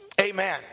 Amen